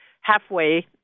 halfway